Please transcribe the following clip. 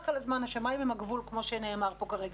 השמיים הם הגבול כמו שנאמר פה כרגע,